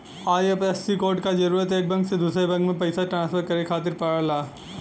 IFSC code क जरूरत एक बैंक से दूसरे बैंक में पइसा ट्रांसफर करे खातिर पड़ला